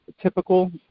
typical